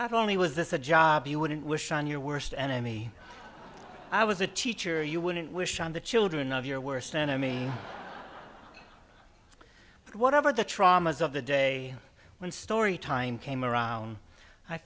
i've only was this a job you wouldn't wish on your worst enemy i was a teacher you wouldn't wish on the children of your worst enemy but whatever the traumas of the day when story time came around i